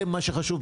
זה מה שחשוב,